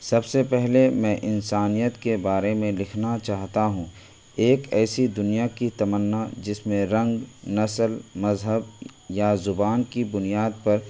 سب سے پہلے میں انسانیت کے بارے میں لکھنا چاہتا ہوں ایک ایسی دنیا کی تمنا جس میں رنگ نسل مذہب یا زبان کی بنیاد پر